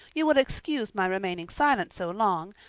you will excuse my remaining silent so long,